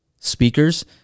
speakers